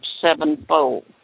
sevenfold